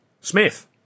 Smith